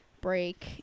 break